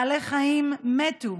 בעלי חיים מתו,